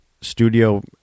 Studio